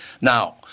Now